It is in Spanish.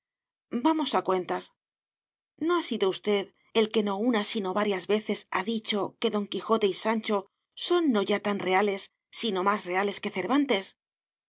vamos a cuentas no ha sido usted el que no una sino varias veces ha dicho que don quijote y sancho son no ya tan reales sino más reales que cervantes